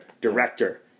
Director